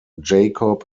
jacob